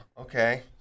Okay